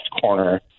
corner